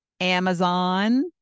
Amazon